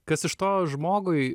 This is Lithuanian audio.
kas iš to žmogui